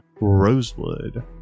Rosewood